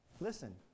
Listen